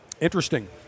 Interesting